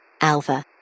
Alpha